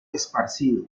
esparcido